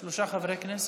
מי מחברי הכנסת?